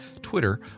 Twitter